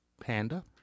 panda